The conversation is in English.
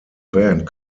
band